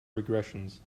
regressions